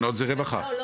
לא, זה רווחה.